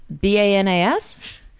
b-a-n-a-s